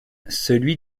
celui